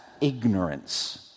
ignorance